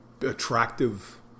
attractive